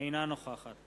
אינה נוכחת